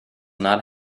not